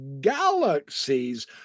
galaxies